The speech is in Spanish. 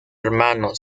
hermano